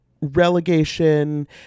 relegation